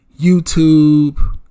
YouTube